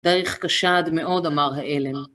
הדרך קשה עד מאוד, אמר העלם.